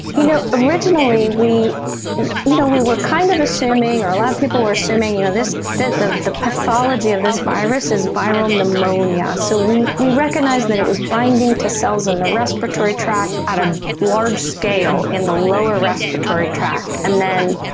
you know, originally we you know we were, kind of, assuming, a lot of people were assuming you know that the the pathology of this virus is viral pneumonia, so we we recognized that it was binding to cells in the respiratory tract at a large scale in the lower respiratory tract and then